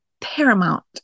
paramount